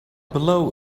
below